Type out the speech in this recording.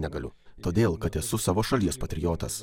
negaliu todėl kad esu savo šalies patriotas